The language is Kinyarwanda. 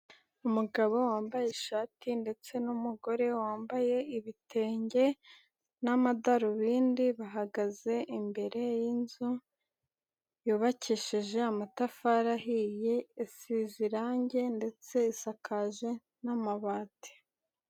Umugabo wambaye ishati ndetse n'umugore wambaye ibitenge n'amadarubindi, bahagaze imbere y'inzu, yubakesheje amatafari ahiye, isize irangi ndetse isakaje n'amabati.